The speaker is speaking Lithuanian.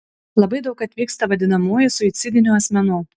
labai daug atvyksta vadinamųjų suicidinių asmenų